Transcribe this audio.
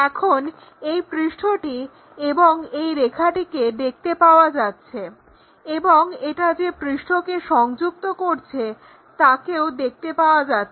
এখন এই পৃষ্ঠটি এবং এই রেখাটিকে দেখতে পাওয়া যাচ্ছে এবং এটা যে পৃষ্ঠকে সংযুক্ত করছে তাকেও দেখতে পাওয়া যাচ্ছে